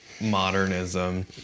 modernism